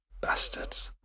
Bastards